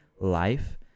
life